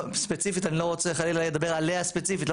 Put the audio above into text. אני לא רוצה חלילה לדבר עליה ספציפית,